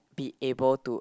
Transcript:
be able to